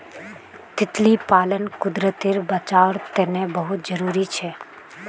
तितली पालन कुदरतेर बचाओर तने बहुत ज़रूरी छे